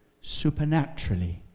supernaturally